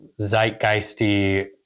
zeitgeisty